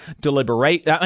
deliberate